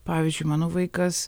pavyzdžiui mano vaikas